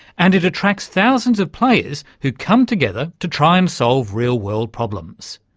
and it attracts thousands of players who come together to try and solve real-world problems.